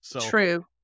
True